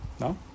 No